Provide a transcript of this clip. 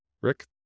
Rick